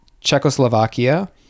Czechoslovakia